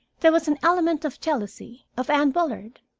there was an element of jealousy of anne bullard.